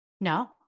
No